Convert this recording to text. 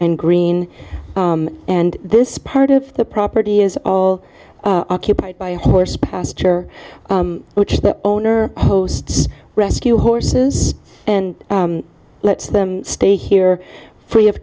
and green and this part of the property is all occupied by horse pasture which the owner hosts rescue horses and lets them stay here free of